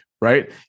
right